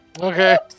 Okay